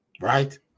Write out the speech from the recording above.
Right